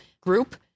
Group